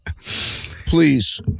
please